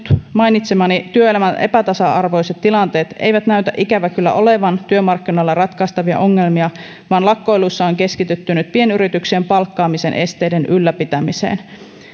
mainitsemani työelämän epätasa arvoiset tilanteet eivät näytä ikävä kyllä olevan työmarkkinoilla ratkaistavia ongelmia vaan lakkoilussa on keskitytty nyt pienyrityksien palkkaamisen esteiden ylläpitämiseen